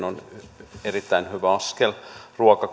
on erittäin hyvä askel ruoka